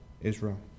Israel